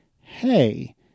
hey